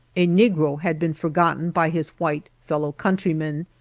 a negro had been forgotten by his white fellow-countrymen,